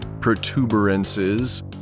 protuberances